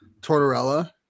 Tortorella